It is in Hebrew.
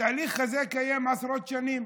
התהליך הזה קיים עשרות שנים.